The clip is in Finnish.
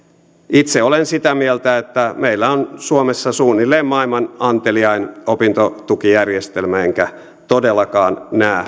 itse olen sitä mieltä että meillä on suomessa suunnilleen maailman anteliain opintotukijärjestelmä enkä todellakaan näe